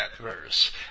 verse